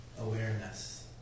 awareness